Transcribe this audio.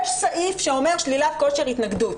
יש סעיף שאומר שלילת כושר התנגדות